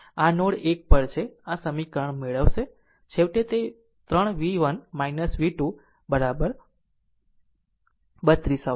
આમ આ નોડ 1 પર છે આ સમીકરણ મેળવશે છેવટે તે 3 v1 v2 32 આવશે